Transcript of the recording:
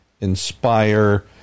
inspire